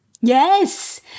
Yes